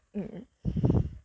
mm